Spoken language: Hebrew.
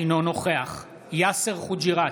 אינו נוכח יאסר חוג'יראת,